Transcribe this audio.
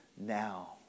now